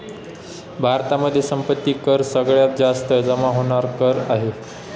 भारतामध्ये संपत्ती कर सगळ्यात जास्त जमा होणार कर आहे